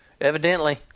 Evidently